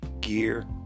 gear